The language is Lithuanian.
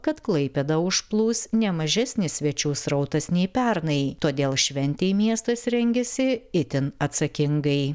kad klaipėdą užplūs ne mažesnis svečių srautas nei pernai todėl šventei miestas rengiasi itin atsakingai